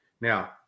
Now